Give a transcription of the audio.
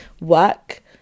work